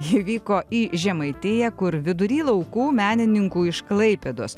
ji vyko į žemaitiją kur vidury laukų menininkų iš klaipėdos